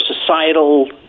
societal